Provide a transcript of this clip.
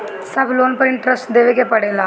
सब लोन पर इन्टरेस्ट देवे के पड़ेला?